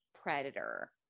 predator